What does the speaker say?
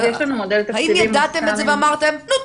האם ידעתם את זה ואמרתם: נו,